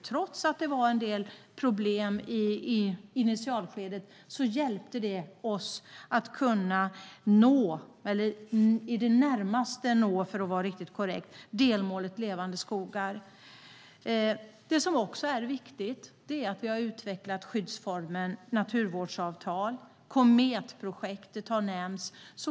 Trots att det var en del problem i initialskedet hjälpte det oss att i det närmaste kunna nå delmålet Levande skogar. Det är också viktigt att vi har utvecklat skyddsformen naturvårdsavtal. Kometprojektet har nämnts.